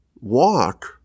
walk